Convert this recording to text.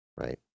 right